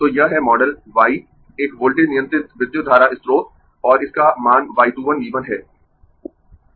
तो यह है मॉडल y एक वोल्टेज नियंत्रित विद्युत धारा स्रोत और इसका मान y 2 1 V 1 है